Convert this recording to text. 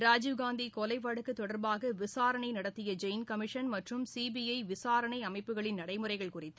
ராஜீவ்காந்திகொலைவழக்குதொடர்பாகவிசாரணைநடத்தியஜெயின் commission மற்றம் சிபிஐவிசாரணைஅமைப்புகளின் நடைமுறைகள் குறித்து